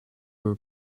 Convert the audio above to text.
were